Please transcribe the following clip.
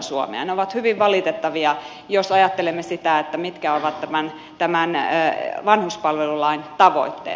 ne ovat hyvin valitettavia jos ajattelemme sitä mitkä ovat tämän vanhuspalvelulain tavoitteet